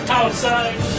outside